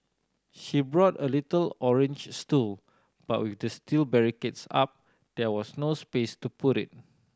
she brought a little orange stool but with the steel barricades up there was no space to put it